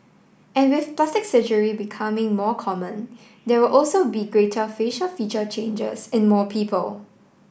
and with plastic surgery becoming more common there will also be greater facial feature changes in more people